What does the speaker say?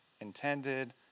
intended